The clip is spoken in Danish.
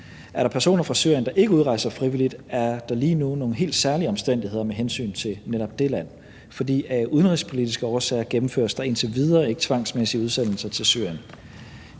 Er der personer fra Syrien, der ikke udrejser frivilligt, er der lige nu nogle helt særlige omstændigheder med hensyn til netop det land, for af udenrigspolitiske årsager gennemføres der indtil videre ikke tvangsmæssig udsendelse til Syrien.